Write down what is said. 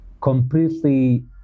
completely